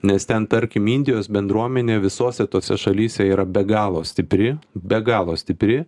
nes ten tarkim indijos bendruomenė visose tose šalyse yra be galo stipri be galo stipri